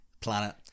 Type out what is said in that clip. Planet